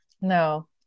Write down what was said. No